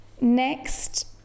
next